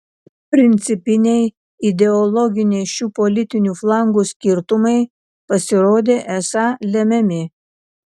principiniai ideologiniai šių politinių flangų skirtumai pasirodė esą lemiami